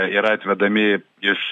yra atvedami iš